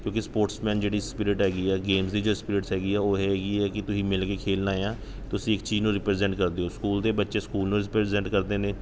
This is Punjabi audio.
ਕਿਉਂਕਿ ਸਪੋਰਟਸਮੈਨ ਜਿਹੜੀ ਸਪਿਰਿਟ ਹੈਗੀ ਆ ਗੇਮਸ ਦੀ ਜੇ ਸਪਿਰਿਟ ਹੈਗੀ ਆ ਉਹ ਇਹ ਹੈਗੀ ਆ ਕਿ ਤੁਸੀਂ ਮਿਲ ਕੇ ਖੇਲਣਾ ਆ ਤੁਸੀਂ ਇੱਕ ਚੀਜ਼ ਨੂੰ ਰਿਪ੍ਰੇਜੈਂਟ ਕਰਦੇ ਹੋ ਸਕੂਲ ਦੇ ਬੱਚੇ ਸਕੂਲ ਨੂੰ ਰਿਪ੍ਰੇਜੈਂਟ ਕਰਦੇ ਨੇ